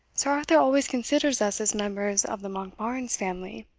sir arthur always considers us as members of the monkbarns family.